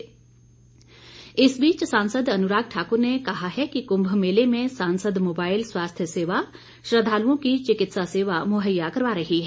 अनुराग ठाकुर इस बीच सांसद अनुराग ठाकुर ने कहा है कि कुंभ मेले में सांसद मोबाईल स्वास्थ्य सेवा श्रद्वालुओं को चिकित्सा सेवा मुहैया करवा रही है